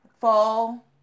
fall